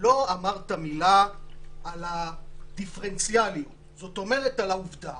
לא אמרת מילה על הדיפרנציאליות, על העובדה